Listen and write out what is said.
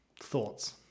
Thoughts